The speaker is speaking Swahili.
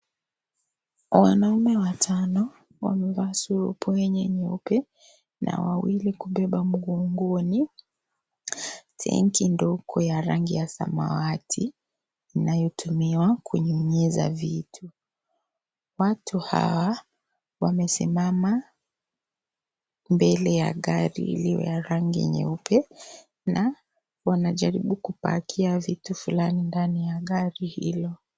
Wanaume watano wamevaa surupwenye nyeupe na wawili kubeba mgongoni tenki ndogo ya rangi ya samawati inayotumiwa kunyunyiza vitu . Watu hawa wamesimama mbele ya gari iliyo ya rangi nyeupe na wanajaribu kupakia vitu fulani ndani ya gari hilo.